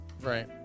Right